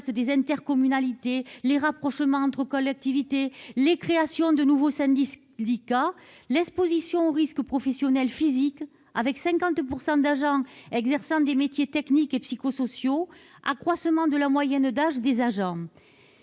des intercommunalités, les rapprochements entre collectivités et la création de nouveaux syndicats ; ensuite, l'exposition aux risques professionnels physiques- avec 50 % d'agents exerçant des métiers techniques -et aux risques psychosociaux ; enfin, l'accroissement de la moyenne d'âge des agents.